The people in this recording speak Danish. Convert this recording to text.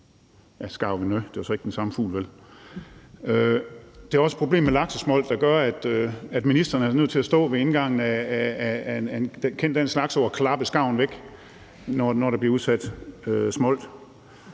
Der er også et problem med laksesmolt, der gør, at man er nødt til at stå ved indgangen af en kendt dansk laksefjord og klappe skarven væk, når der bliver udsat smolt.